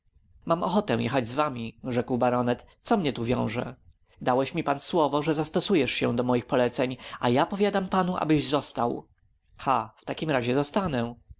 mam ochotę jechać z wami rzekł baronet co mnie tu wiąże dałeś mi pan słowo że zastosujesz się do moich poleceń a ja powiadam panu abyś został ha w takim razie zostanę